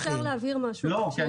בוא ניתן לאנשי משרד התקשורת